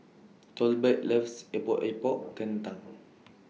Tolbert loves Epok Epok Kentang